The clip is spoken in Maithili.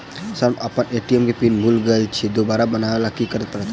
सर हम अप्पन ए.टी.एम केँ पिन भूल गेल छी दोबारा बनाब लैल की करऽ परतै?